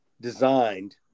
designed